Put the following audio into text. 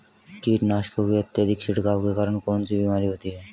कीटनाशकों के अत्यधिक छिड़काव के कारण कौन सी बीमारी होती है?